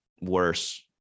worse